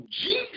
Jesus